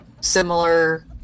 similar